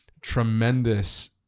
tremendous